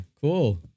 cool